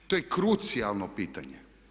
To je krucijalno pitanje.